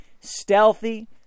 stealthy